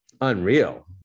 unreal